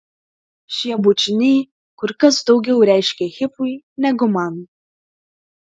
šie bučiniai kur kas daugiau reiškė hifui negu man